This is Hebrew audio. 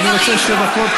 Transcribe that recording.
אני רוצה עוד שתי דקות.